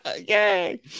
okay